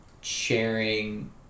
sharing